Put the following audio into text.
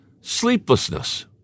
sleeplessness